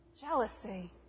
Jealousy